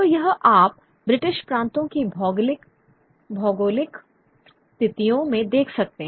तो यह आप ब्रिटिश प्रांतों की भौगोलिक स्थितियों में देख सकते हैं